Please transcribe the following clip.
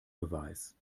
beweis